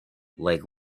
like